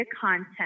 content